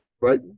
right